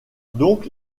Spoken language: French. donc